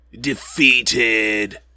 defeated